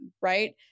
right